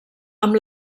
amb